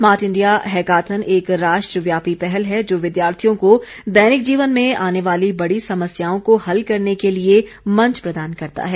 smart India hackathon एक राष्ट्रव्यापी पहल है जो विद्यार्थियों को दैनिक जीवन में आने वाली बड़ी समस्याओं को हल करने के लिए मंच प्रदान करता है